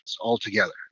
altogether